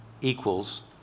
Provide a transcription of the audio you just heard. equals